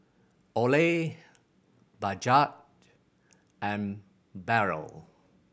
Olay Bajaj and Barrel